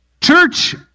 Church